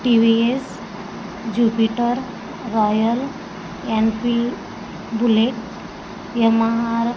TVS jupiter Royal Enfield bullet Yamaha R